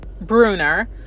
bruner